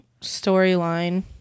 storyline